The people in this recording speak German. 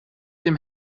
dem